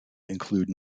include